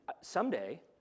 someday